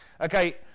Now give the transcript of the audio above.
okay